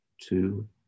two